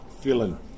feeling